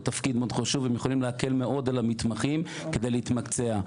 תפקיד מאוד חשוב והם יכולים להקל מאוד על המתמחים כדי להתמקצע.